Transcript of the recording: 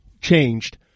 changed